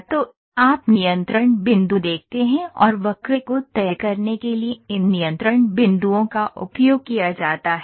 तो आप नियंत्रण बिंदु देखते हैं और वक्र को तय करने के लिए इन नियंत्रण बिंदुओं का उपयोग किया जाता है